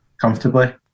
comfortably